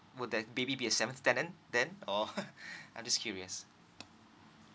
would that baby be the seventh tenant or I'm just curious